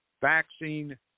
vaccine